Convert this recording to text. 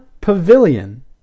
pavilion